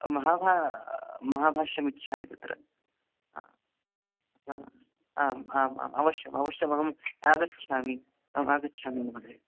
महाभा महाभाष्यमिच्छामि तत्र हा आम् आमाम् अवशयम् अवश्यमहम् आगच्छामि अहम् आगच्छामि महोदयः